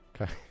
okay